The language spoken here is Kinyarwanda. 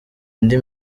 indi